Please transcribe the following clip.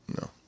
no